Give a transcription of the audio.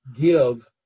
give